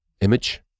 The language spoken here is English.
image